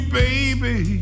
baby